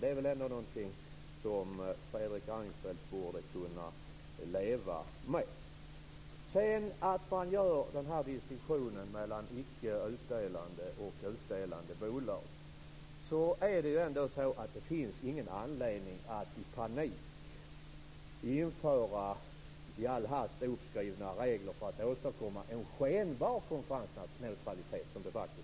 Det borde Fredrik Reinfeldt kunna leva med. Det görs en distinktion mellan utdelande och icke utdelande bolag. Det finns ingen anledning att i panik införa nya regler för att åstadkomma en skenbar konkurrensneutralitet.